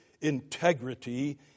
Integrity